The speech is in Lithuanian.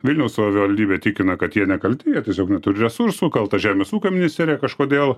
vilniaus savivaldybė tikina kad jie nekalti jie tiesiog neturi resursų kalta žemės ūkio ministerija kažkodėl